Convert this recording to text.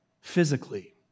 physically